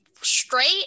straight